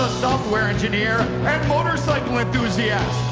software engineer ran motorcycle enthusiast,